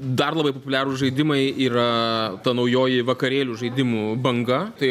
dar labai populiarūs žaidimai yra ta naujoji vakarėlių žaidimų banga tai